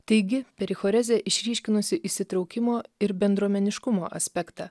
taigi perichorezė išryškinusi įsitraukimo ir bendruomeniškumo aspektą